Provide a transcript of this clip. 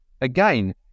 Again